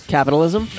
Capitalism